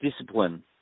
Discipline